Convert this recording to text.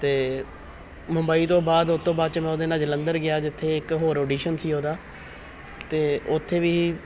ਅਤੇ ਮੁੰਬਈ ਤੋਂ ਬਾਅਦ ਉਸ ਤੋਂ ਬਾਅਦ 'ਚ ਮੈਂ ਉਹਦੇ ਨਾਲ ਜਲੰਧਰ ਗਿਆ ਜਿੱਥੇ ਇੱਕ ਹੋਰ ਔਡੀਸ਼ਨ ਸੀ ਉਹਦਾ ਅਤੇ ਉੱਥੇ ਵੀ